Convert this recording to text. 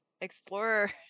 explorer